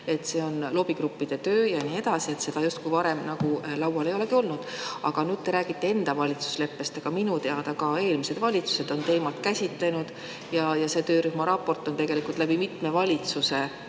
et see on lobigruppide töö ja nii edasi, justkui seda varem laual ei olegi olnud. Nüüd te rääkisite enda valitsusleppest, aga minu teada on ka eelmised valitsused seda teemat käsitlenud ja see töörühma raport on tegelikult mitme valitsuse